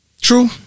True